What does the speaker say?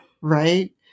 right